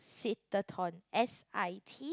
sit the tone S_I_T